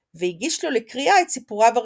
והגיש לו לקריאה את סיפוריו הראשונים.